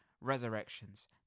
resurrections